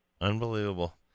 Unbelievable